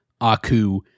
Aku